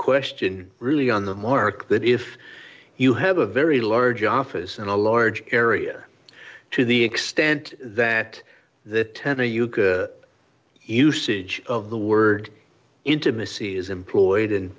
question really on the mark that if you have a very large office and a large area to the extent that the ten or you can use it of the word intimacy is employed